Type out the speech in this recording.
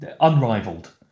unrivaled